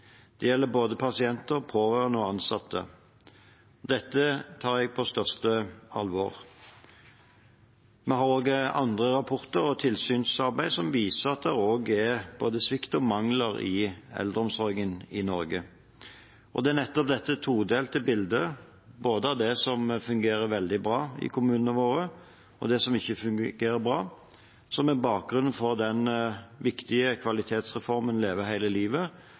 Det gjelder både pasienter, pårørende og ansatte. Dette tar jeg på største alvor. Vi har også andre rapporter og tilsynsarbeid som viser at det er både svikt og mangler i eldreomsorgen i Norge. Det er nettopp dette todelte bildet, både av det som fungerer veldig bra i kommunene våre, og av det som ikke fungerer bra, som er bakgrunnen for den viktige kvalitetsreformen Leve hele livet,